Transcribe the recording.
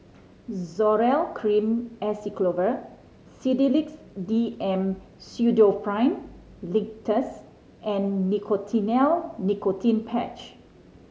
Zoral Cream Acyclovir Sedilix D M Pseudoephrine Linctus and Nicotinell Nicotine Patch